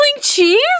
cheese